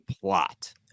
plot